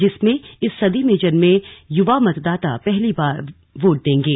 जिसमें इस सदी में जन्मे युवा मतदाता पहली बार वोट देंगे